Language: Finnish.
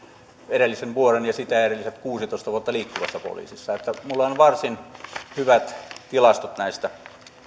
edellisen vuoden ja sitä edelliset kuusitoista vuotta liikkuvassa poliisissa minulla on varsin hyvät tilastot näistä